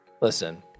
Listen